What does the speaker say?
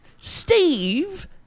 Steve